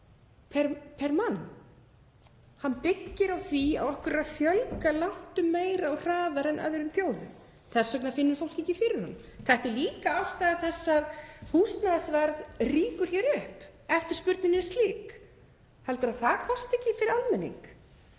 hvern mann. Hann byggir á því að okkur er að fjölga langtum meira og hraðar en öðrum þjóðum. Þess vegna finnur fólk ekki fyrir hagvextinum. Þetta er líka ástæða þess að húsnæðisverð rýkur upp, eftirspurnin er slík. Heldur ráðherra að það kosti ekki fyrir almenning?